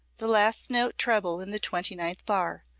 the last note treble in the twenty-ninth bar.